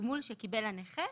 תגמול שקיבל הנכה,